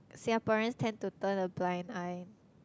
Singaporeans tend to turn a blind eye